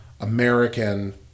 American